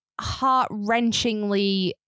heart-wrenchingly